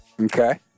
Okay